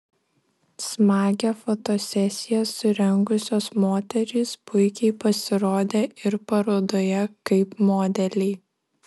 smagią fotosesiją surengusios moterys puikiai pasirodė ir parodoje kaip modeliai